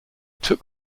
took